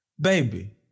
Baby